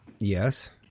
Yes